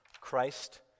Christ